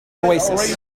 oasis